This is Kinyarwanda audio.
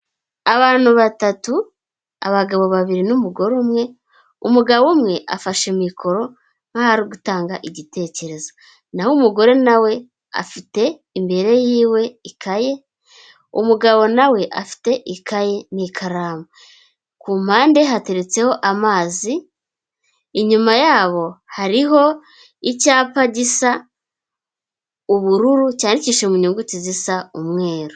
Abantu batatu ,abagabo babiri n'umugore umwe, umugabo umwe afashe mikoro , nk'aho ari gutanga igitekerezo . Naho umugore na we afite imbere y'iwe ikaye, umugabo nawe afite ikaye n'ikaramu. Ku mpande hateretseho amazi , inyuma yabo, hariho icyapa gisa ubururu, cyakishije mu nyuguti zisa umweru.